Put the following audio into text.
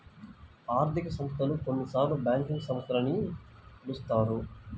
ఆర్థిక సంస్థలు, కొన్నిసార్లుబ్యాంకింగ్ సంస్థలు అని పిలుస్తారు